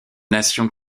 nation